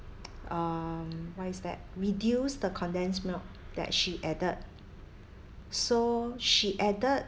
um what is that reduced the condensed milk that she added so she added